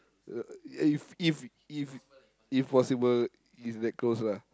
uh if if if if possible is that close lah